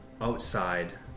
Outside